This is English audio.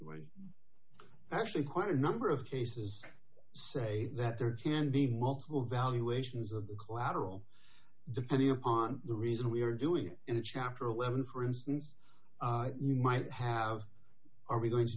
didn't actually quite a number of cases say that there can be multiple valuations of the collateral depending upon the reason we are doing it in chapter eleven for instance you might have are we going to